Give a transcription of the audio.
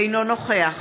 אינו נוכח